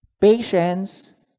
Patience